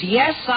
yes